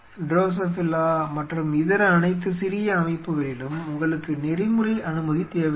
Drosophila மற்றும் இதர அனைத்து சிறிய அமைப்புகளிலும் உங்களுக்கு நெறிமுறை அனுமதி தேவையில்லை